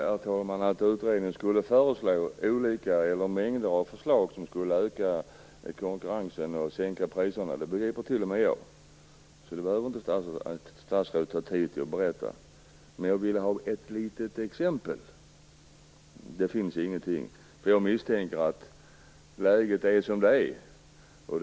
Herr talman! Att utredningen skulle komma med en mängd förslag i syfte att öka konkurrensen och sänka priserna begriper t.o.m. jag. Statsrådet behöver alltså inte ta sig tid att berätta om det. Däremot vill jag ha ett litet exempel. Men det finns inget - läget är som det är - misstänker jag.